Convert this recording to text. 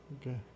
okay